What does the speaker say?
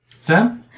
Sam